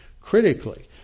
critically